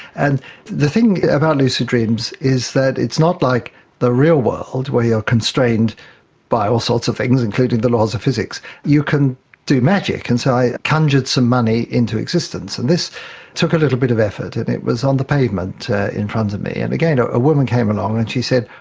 and the thing about lucid dreams is that it's not like the real world where you are constrained by all sorts of things, including the laws of physics, you can do magic, and so i conjured some money into existence. and this took a little bit of effort, and it was on the pavement in front of me. and again, a woman came along and she said,